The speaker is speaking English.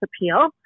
Appeal